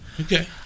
Okay